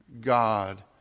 God